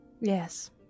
yes